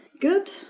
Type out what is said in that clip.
Good